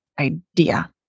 idea